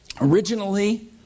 originally